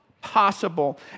possible